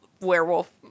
werewolf